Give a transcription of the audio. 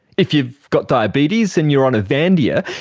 if you've got diabetes and you're on avandia,